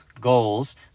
goals